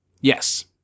Yes